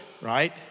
right